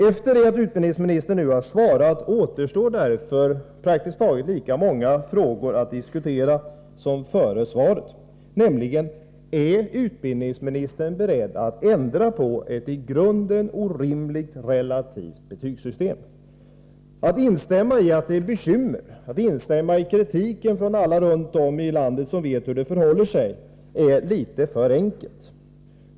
Efter det att utbildningsministern har svarat återstår därför praktiskt taget lika många frågor att diskutera som före detta svar, bl.a. följande: Är utbildningsministern beredd att ändra på ett i grunden orimligt relativt betygssystem? Att instämma i att det är bekymmersamt, att instämma i kritiken från alla runt om i landet som vet hur det förhåller sig är litet för enkelt.